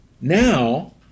now